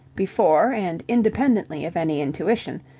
before and independently of any intuition,